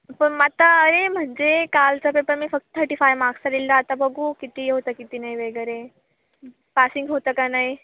पण आता अरे म्हणजे कालचा पेपर मी फक्त थर्टी फाय मार्क्स लिहिला आता बघू किती होतं आहे किती नाही वगैरे पासिंग होतं का नाही